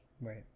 right